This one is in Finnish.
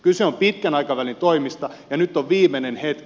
kyse on pitkän aikavälin toimista ja nyt on viimeinen hetki